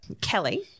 Kelly